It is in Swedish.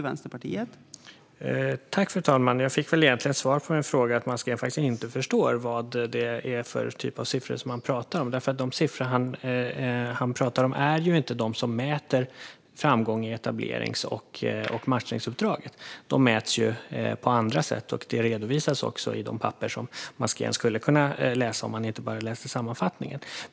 Fru talman! Jag fick svar på min fråga. Mats Green förstår faktiskt inte vad det är för typ av siffror han talar om. De siffror han talar om mäter nämligen inte framgången i etablerings och matchningsuppdragen. Det mäts på andra sätt, vilket redovisas i de papper som Mats Green skulle kunna läsa om han inte bara läste sammanfattningen.